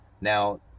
Now